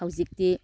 ꯍꯧꯖꯤꯛꯇꯤ